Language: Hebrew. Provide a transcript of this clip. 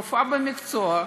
רופאה במקצועי.